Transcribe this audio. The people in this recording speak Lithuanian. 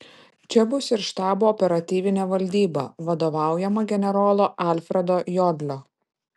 čia bus ir štabo operatyvinė valdyba vadovaujama generolo alfredo jodlio